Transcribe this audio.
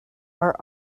are